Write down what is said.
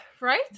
right